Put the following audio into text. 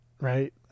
Right